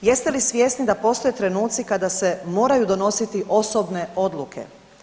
Jeste li svjesni da postoje trenuci kada se moraju donositi osobne odluke?